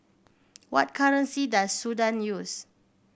what currency does Sudan use